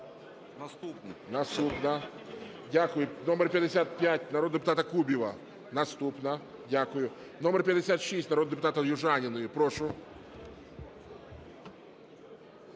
Наступна. Дякую. Номер 55, народного депутата Кубіва. Наступна, дякую. Номер 56, народного депутата Южаніної. Прошу.